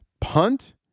punt